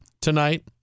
tonight